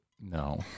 No